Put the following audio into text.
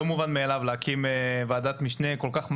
מובן מאליו להקים ועדת משנה כל כך מהר.